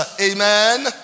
Amen